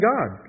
God